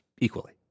equally